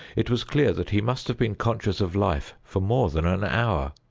it was clear that he must have been conscious of life for more than an hour,